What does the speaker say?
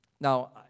Now